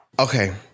Okay